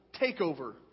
takeover